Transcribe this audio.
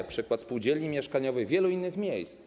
To przykład spółdzielni mieszkaniowej i wielu innych miejsc.